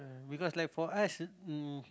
because like for us mm